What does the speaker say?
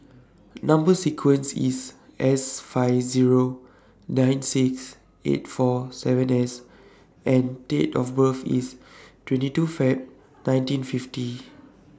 Number sequence IS S five Zero nine six eight four seven S and Date of birth IS twenty two Feb nineteen fifty